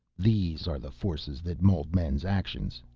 these are the forces that mold men's actions,